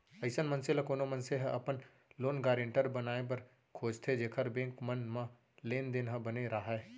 अइसन मनसे ल कोनो मनसे ह अपन लोन गारेंटर बनाए बर खोजथे जेखर बेंक मन म लेन देन ह बने राहय